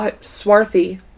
swarthy